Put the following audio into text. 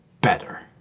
better